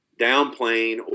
downplaying